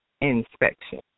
inspection